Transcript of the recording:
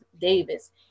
Davis